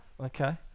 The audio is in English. Okay